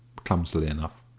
clumsily enough.